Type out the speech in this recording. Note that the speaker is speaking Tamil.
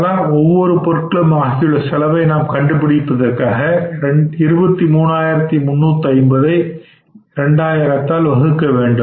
தலா ஒவ்வொரு பொருளுக்கும் ஆகியுள்ள செலவை நாம் கண்டுபிடிப்பதற்காக 23350 ஐ 2000 ஆல் வகுக்கவேண்டும்